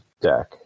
deck